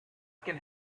can